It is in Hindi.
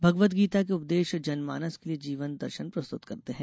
भगवद गीता के उपदेश जनमानस के लिए जीवन दर्शन प्रस्तुत करते हैं